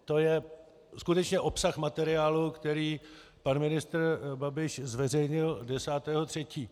To je skutečně obsah materiálu, který pan ministr Babiš zveřejnil 10. 3.